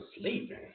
sleeping